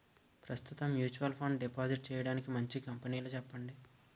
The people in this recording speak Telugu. ప్రస్తుతం మ్యూచువల్ ఫండ్ డిపాజిట్ చేయడానికి మంచి కంపెనీలు చెప్పండి